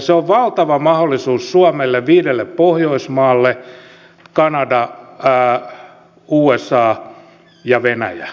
se on valtava mahdollisuus suomelle viidelle pohjoismaalle kanadalle usalle ja venäjälle